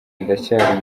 ndacyari